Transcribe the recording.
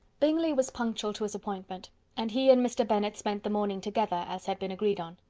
bingley was punctual to his appointment and he and mr. bennet spent the morning together, as had been agreed on.